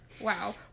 Wow